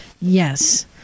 yes